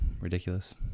ridiculous